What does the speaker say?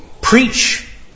preach